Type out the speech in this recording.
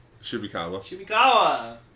Shibikawa